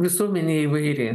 visuomenė įvairi